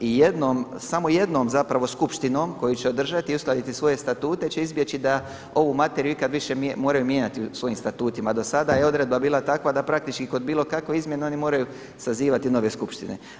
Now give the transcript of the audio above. I jednom, samo jednom zapravo skupštinom koju će održati i uskladiti svoje statute će izbjeći da ovu materiju ikada više moraju mijenjati u svojim statutima a do sada je odredba bila takva da praktički kod bilo kakve izmjene oni moraju sazivati nove skupštine.